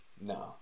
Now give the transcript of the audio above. No